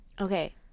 Okay